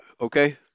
okay